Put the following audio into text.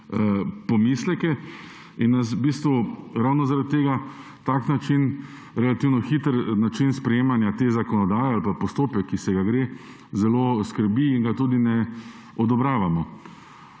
pomisleke in nas v bistvu ravno zaradi tega tak način, relativno hiter način sprejemanja te zakonodaje ali pa postopek, ki se ga gre, zelo skrbi in ga tudi ne odobravamo.